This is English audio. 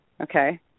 Okay